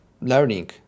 learning